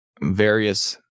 various